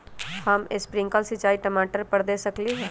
का हम स्प्रिंकल सिंचाई टमाटर पर दे सकली ह?